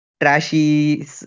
trashy